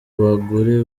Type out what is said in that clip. bagore